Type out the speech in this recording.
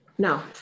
Now